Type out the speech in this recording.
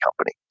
company